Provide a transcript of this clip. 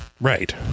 Right